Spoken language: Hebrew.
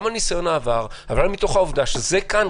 גם מניסיון העבר וגם מתוך העובדה שזה כאן.